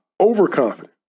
overconfident